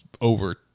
over